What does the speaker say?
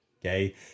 Okay